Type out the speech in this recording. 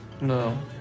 No